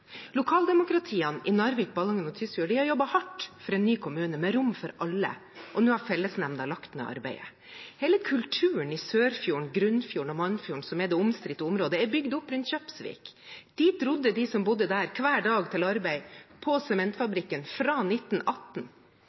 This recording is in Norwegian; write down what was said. Narvik, Ballangen og Tysfjord har jobbet hardt for en ny kommune, med rom for alle, og nå har fellesnemnda lagt ned arbeidet. Hele kulturen i Sørfjorden, Grunnfjorden og Mannfjorden, som er det omstridte området, er bygd opp rundt Kjøpsvik. Dit rodde de som bodde der, hver dag til arbeid på sementfabrikken – fra 1918.